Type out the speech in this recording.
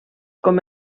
com